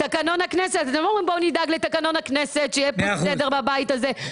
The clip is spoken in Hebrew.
אתם לא אומרים בואו נדאג לתקנון הכנסת שיהיה סדר בבית הזה.